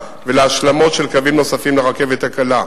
ולהשלמות של קווים נוספים על הרכבת הקלה.